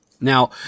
Now